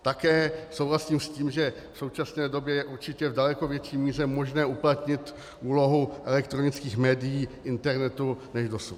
Také souhlasím s tím, že v současné době je určitě v daleko větší míře uplatnit úlohu elektronických médií, internetu než dosud.